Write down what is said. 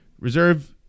Reserve